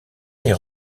est